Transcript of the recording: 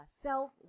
self